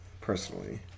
personally